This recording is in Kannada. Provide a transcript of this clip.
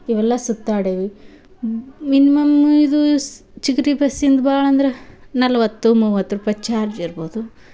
ಇವೆಲ್ಲ ಸುತ್ತಾಡೆವಿ ಮಿನಿಮಮ್ ಇದು ಸ್ ಚಿಗ್ರೆ ಬಸ್ಸಿಂದು ಭಾಳಂದ್ರೆ ನಲ್ವತ್ತು ಮೂವತ್ತು ರೂಪಾಯಿ ಚಾರ್ಜ್ ಇರ್ಬೋದು